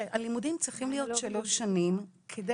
שהלימודים צריכים להיות שלוש שנים כדי